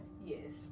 Yes